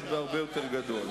רק הרבה יותר גדול.